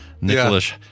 nicholas